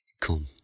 come